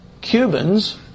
Cubans